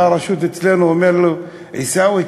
אחד מהרשות אצלנו אומר לי: עיסאווי,